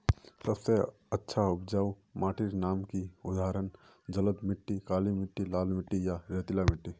सबसे अच्छा उपजाऊ माटिर नाम की उदाहरण जलोढ़ मिट्टी, काली मिटटी, लाल मिटटी या रेतीला मिट्टी?